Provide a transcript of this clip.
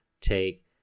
take